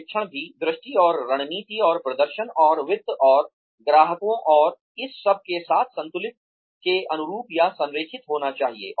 प्रशिक्षण भी दृष्टि और रणनीति और प्रदर्शन और वित्त और ग्राहकों और इस सब के साथ संतुलित के अनुरूप या संरेखित होना चाहिए